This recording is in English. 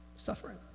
suffering